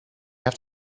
have